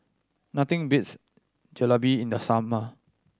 nothing beats Jalebi in the summer